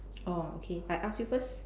orh okay I ask you first